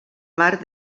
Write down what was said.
mar